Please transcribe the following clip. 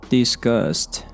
Disgust